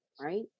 right